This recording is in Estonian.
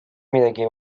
midagi